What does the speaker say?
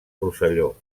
rosselló